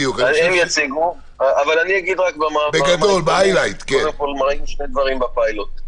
אני אגיד קודם כול מה היו שני הדברים בפיילוט: